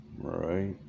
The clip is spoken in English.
Right